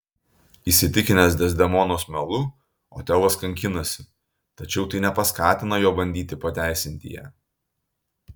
įsitikinęs dezdemonos melu otelas kankinasi tačiau tai nepaskatina jo bandyti pateisinti ją